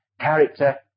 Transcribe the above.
character